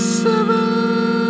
seven